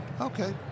Okay